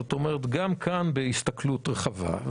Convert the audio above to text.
זאת אומרת, גם כאן בהסתכלות רחבה.